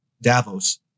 Davos